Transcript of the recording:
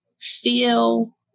feel